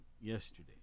yesterday